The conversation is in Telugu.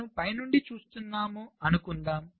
మనము పైనుండి చూస్తున్నామని అనుకుందాం